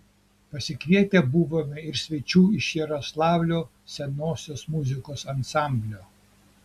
pasikvietę buvome ir svečių iš jaroslavlio senosios muzikos ansamblio